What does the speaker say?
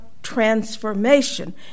transformation